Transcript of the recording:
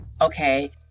okay